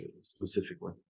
specifically